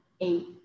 eight